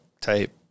type